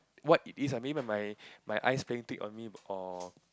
what it is ah maybe my my eyes playing tricks on me or